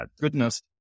goodness